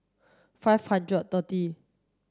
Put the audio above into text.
five hundred thirty